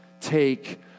take